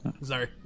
sorry